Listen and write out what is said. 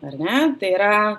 ar ne tai yra